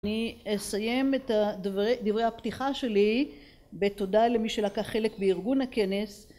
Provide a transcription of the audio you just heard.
אני אסיים את הדברי הפתיחה שלי בתודה למי שלקח חלק בארגון הכנס